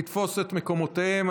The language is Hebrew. לתפוס את מקומותיהם.